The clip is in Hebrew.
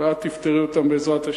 ואת תפתרי אותן, בעזרת השם.